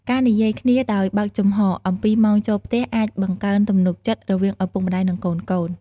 ការនិយាយគ្នាដោយបើកចំហអំពីម៉ោងចូលផ្ទះអាចបង្កើនទំនុកចិត្តរវាងឪពុកម្តាយ និងកូនៗ។